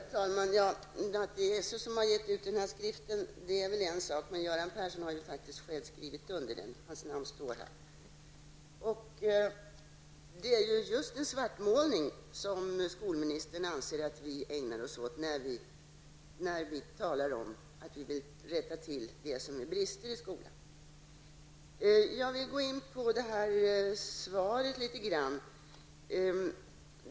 Herr talman! Att det är SÖ som har gett ut skriften är väl en sak, men Göran Persson har ju faktiskt själv skrivit under den; hans namn står här. Skolministern anser att det är just svartmålning vi ägnar oss åt när vi talar om att vi vill rätta till bristerna i skolan. Jag vill något gå in på skolministerns svar.